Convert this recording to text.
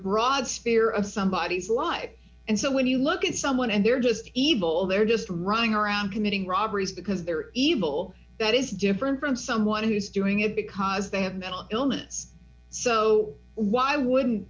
broad sphere of somebodies life and so when you look at someone and they're just evil they're just running around committing robberies because they're evil that is different from someone who's doing it because they have mental illness so why wouldn't